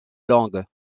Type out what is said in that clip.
longue